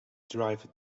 driver